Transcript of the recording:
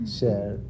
share